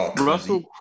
Russell